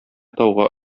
тауга